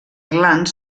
glans